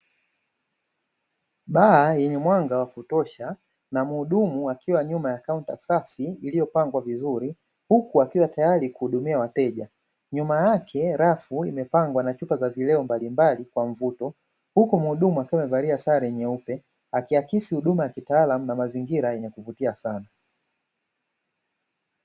Baa yenye mwanga wa kutosha na muhudumu akiwa nyuma ya kaunta safi iliyopangwa vizuri huku akiwa tayari kuhudumia wateja. Nyuma yake rafu imepangwa na chupa za vileo mbalimbali kwa mvuto, huku muhudumu akiwa amevalia sare nyeupe, akiakisi huduma ya kitaalamu na mazingira yenye kuvutia sana.